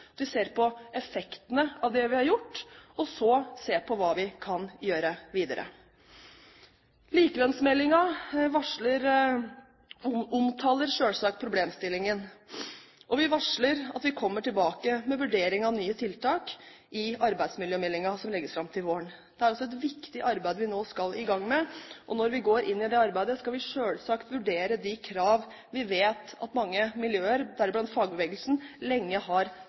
vi ser på effektene av det vi har gjort, og så ser på hva vi kan gjøre videre. Likelønnsmeldingen omtaler selvsagt problemstillingen, og vi varsler at vi kommer tilbake med vurdering av nye tiltak i arbeidsmiljømeldingen som legges fram til våren. Det er altså et viktig arbeid vi nå skal i gang med. Når vi går inn i det arbeidet, skal vi selvsagt vurdere de krav vi vet at mange miljøer, deriblant fagbevegelsen, lenge har